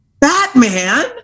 Batman